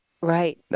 Right